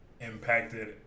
impacted